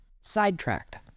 sidetracked